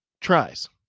tries